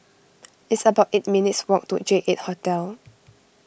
it's about eight minutes' walk to J eight Hotel